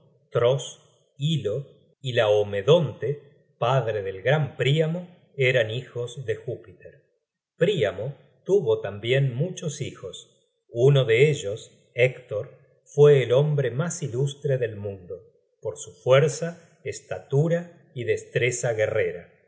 poderosas dárdano herikon trós llo ylaemedonte padre del gran príamo eran hijos de júpiter príamo tuvo tambien muchos hijos uno de ellos héctor fue el hombre mas ilustre del mundo por su fuerza estatura y destreza guerrera